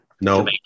No